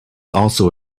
also